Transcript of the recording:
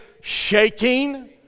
Shaking